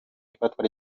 ifatwa